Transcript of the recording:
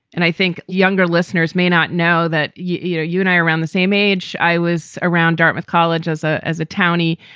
and i think younger listeners may not know that, you know, you and i around the same age i was around dartmouth college as a as a townie,